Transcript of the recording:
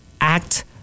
act